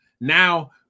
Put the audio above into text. now